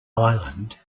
island